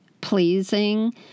pleasing